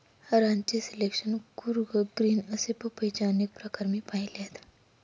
Ranchi selection, Coorg green असे पपईचे अनेक प्रकार मी पाहिले आहेत